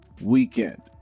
weekend